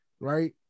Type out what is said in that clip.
right